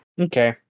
Okay